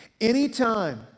Anytime